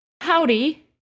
Howdy